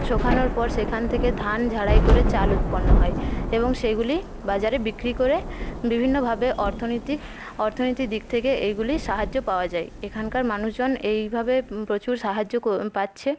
শোকানোর পর সেখান থেকে ধান ঝাড়াই করে চাল উৎপন্ন হয় এবং সেইগুলি বাজারে বিক্রি করে বিভিন্নভাবে অর্থনীতি অর্থনীতির দিক থেকে এইগুলি সাহায্য পাওয়া যায় এখানকার মানুষজন এইভাবে প্রচুর সাহায্য পাচ্ছে